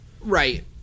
Right